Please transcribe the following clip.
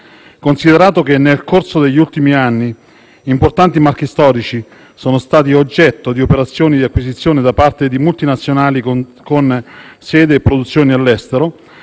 mondiale. Nel corso degli ultimi anni importanti marchi storici sono stati oggetto di operazioni di acquisizione da parte di multinazionali con sede e produzione all'estero